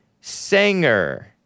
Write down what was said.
Sanger